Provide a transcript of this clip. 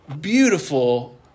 beautiful